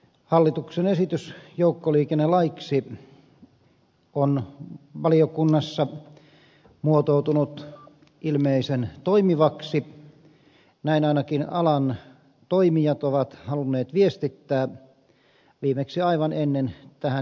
hallituksen esitys joukkoliikennelaiksi on valiokunnassa muotoutunut ilmeisen toimivaksi näin ainakin alan toimijat ovat halunneet viestittää viimeksi aivan ennen tähän istuntosaliin tuloa